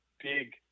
big